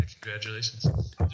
congratulations